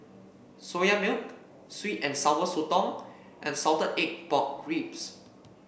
Soya Milk sweet and Sour Sotong and Salted Egg Pork Ribs